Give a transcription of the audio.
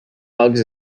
bugs